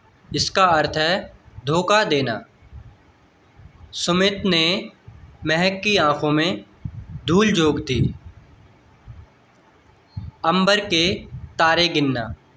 इसका अर्थ है धोखा देना सुमित ने महक की आँखो में धूल झोंक दी अंबर के तारे गिनना